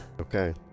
okay